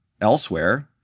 elsewhere